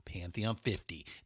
Pantheon50